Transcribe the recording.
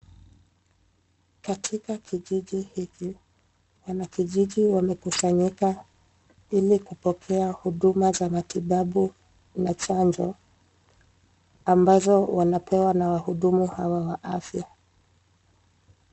Katika kijiji hiki wanakijiji wamekusanyika ili kupokea huduma za matibabu na chanjo ambazo wanapewa na wahudumu hawa wa afya.